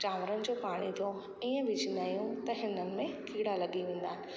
चांवरनि जो पाणी थियो ईअं विझंदा आहियूं त हिननि में कीड़ा लॻी वेंदा आहिनि